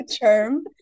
term